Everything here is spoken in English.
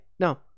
No